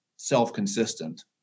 self-consistent